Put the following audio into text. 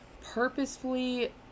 purposefully